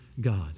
God